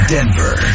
Denver